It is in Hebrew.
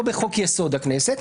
לא בחוק יסוד: הכנסת.